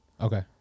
Okay